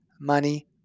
money